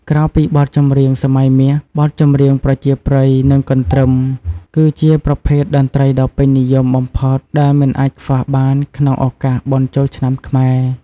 ក្រៅពីបទចម្រៀងសម័យមាស បទចម្រៀងប្រជាប្រិយ និងកន្ទ្រឹម គឺជាប្រភេទតន្ត្រីដ៏ពេញនិយមបំផុតដែលមិនអាចខ្វះបានក្នុងឱកាសបុណ្យចូលឆ្នាំខ្មែរ។